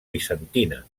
bizantina